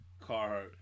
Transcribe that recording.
car